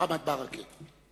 ואחריו, חבר הכנסת מוחמד ברכה.